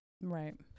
Right